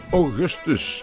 augustus